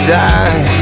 die